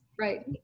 right